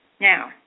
Now